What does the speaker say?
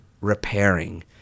repairing